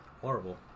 horrible